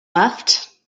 left